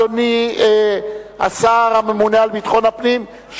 אדוני השר הממונה על ביטחון הפנים,